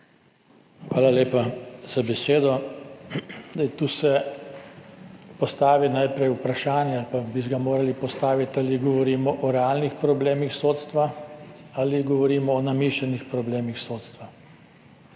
Hvala lepa za besedo. Tu se postavi najprej vprašanje, ali pa bi ga morali postaviti, ali govorimo o realnih problemih sodstva ali govorimo o namišljenih problemih sodstva.